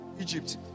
Egypt